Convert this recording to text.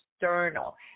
external